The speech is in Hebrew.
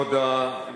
הוא ידבר לעניין.